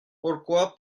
pourquoi